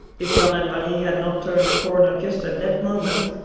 if jan and marie had not turned a corner just at that moment,